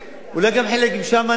אולי גם חלק משם נהנו.